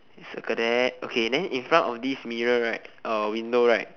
circle that okay then in front of this mirror right uh window right